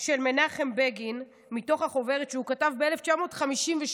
של מנחם בגין מתוך החוברת שהוא כתב ב-1952,